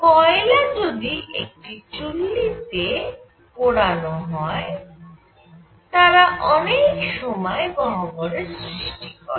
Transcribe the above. কয়লা যদি একটি চুল্লি তে পোড়ানো হয় তারা অনেক সময় গহ্বরের সৃষ্টি করে